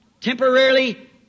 temporarily